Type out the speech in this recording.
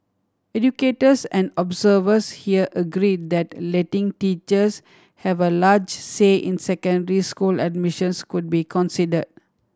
educators and observers here agreed that letting teachers have a large say in secondary school admissions could be considered